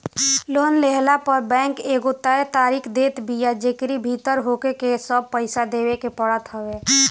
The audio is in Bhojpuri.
लोन लेहला पअ बैंक एगो तय तारीख देत बिया जेकरी भीतर होहके सब पईसा देवे के पड़त हवे